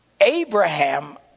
Abraham